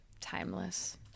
timeless